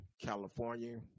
California